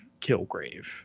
Kilgrave